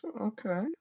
Okay